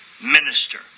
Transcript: minister